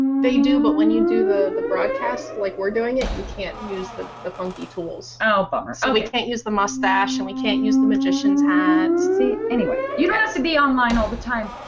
they do but when you do the the broadcast like we're doing it you can't use the the funky tools. oh bummer. so we can't use the mustache and we can't use the magician's hat. see anyway. you don't have to be online all the time.